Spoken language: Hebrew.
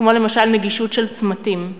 כמו למשל נגישות של צמתים.